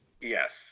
Yes